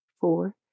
four